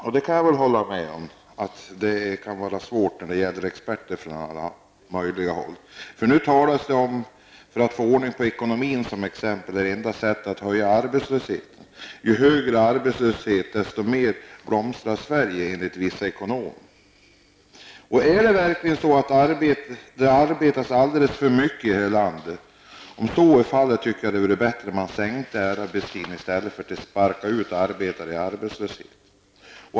Jag kan hålla med om att det kan vara svårt att ta ställning till olika experters utlåtanden. Nu talas det t.ex. om att man för att man skall få ordning på ekonomin skall höja arbetslösheten. Ju högre arbetslöshet, desto mer blomstrar Sverige enligt vissa ekonomer. Är det verkligen så att det arbetas alldeles för mycket här i landet? I så fall tycker jag att det vore bättra om man sänkte arbetstiden i stället för att sparka ut arbetare i arbetslöshet!